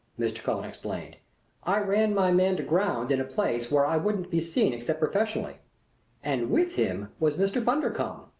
mr. cullen explained i ran my man to ground in a place where i wouldn't be seen except professionally and with him was mr. bundercombe.